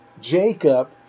Jacob